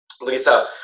Lisa